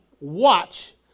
watch